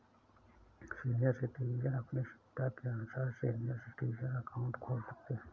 senior citizen अपनी सुविधा के अनुसार सीनियर सिटीजन अकाउंट खोल सकते है